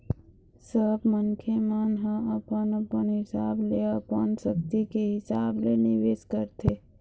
सब मनखे मन ह अपन अपन हिसाब ले अपन सक्ति के हिसाब ले निवेश करथे